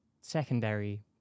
secondary